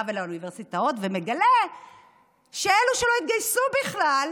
ולאוניברסיטאות ומגלה שאלה שלא התגייסו בכלל,